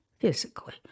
physically